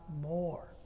more